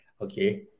okay